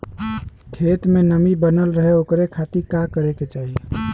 खेत में नमी बनल रहे ओकरे खाती का करे के चाही?